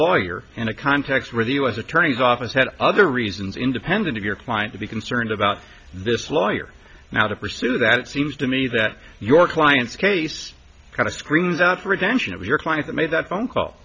lawyer in a context where the u s attorney's office had other reasons independent of your client to be concerned about this lawyer now to pursue that it seems to me that your client's case kind of screams out for attention of your client that made that phone call